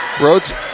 Rhodes